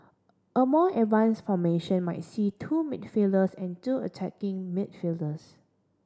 a more advanced formation might see two midfielders and two attacking midfielders